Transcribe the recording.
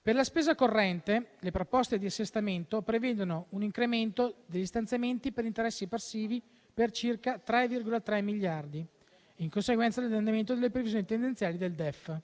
Per la spesa corrente, le proposte di assestamento prevedono un incremento degli stanziamenti per interessi passivi, per circa 3,3 miliardi, in conseguenza dell'adeguamento alle previsioni tendenziali del DEF.